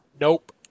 Nope